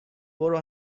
برو